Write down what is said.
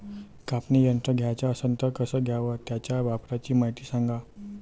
कापनी यंत्र घ्याचं असन त कस घ्याव? त्याच्या वापराची मायती सांगा